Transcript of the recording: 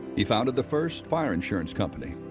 he founded the first fire insurance company.